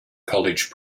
college